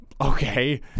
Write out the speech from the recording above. okay